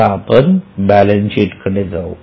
आता आपण बॅलन्सशीटकडे जावू